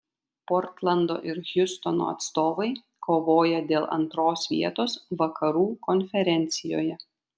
portlando ir hjustono atstovai kovoja dėl antros vietos vakarų konferencijoje